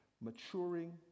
maturing